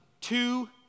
two